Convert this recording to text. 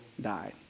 died